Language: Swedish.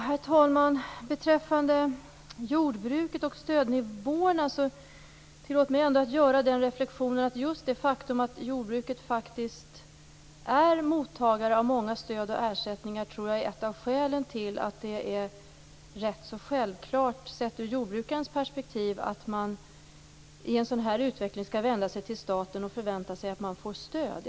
Herr talman! Tillåt mig beträffande jordbruket och stödnivåerna göra den reflexionen att just det faktum att jordbruket är mottagare av många stöd och ersättningar kan vara ett av skälen till att det ur jordbrukarens perspektiv är rätt självklart att i en sådan här situation vända sig till staten och förvänta sig att få stöd.